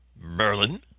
Merlin